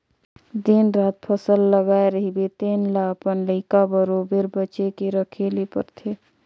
दिन रात फसल लगाए रहिबे तेन ल अपन लइका बरोबेर बचे के रखे ले परथे